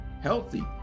healthy